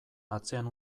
atzean